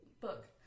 book